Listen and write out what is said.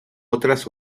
otras